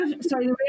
sorry